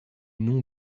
nom